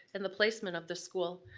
and the placement of the school.